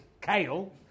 kale